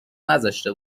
نذاشته